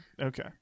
okay